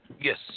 Yes